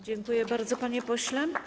Dziękuję bardzo, panie pośle.